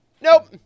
Nope